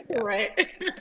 Right